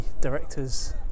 directors